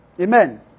Amen